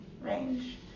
range